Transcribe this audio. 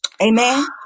Amen